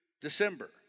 December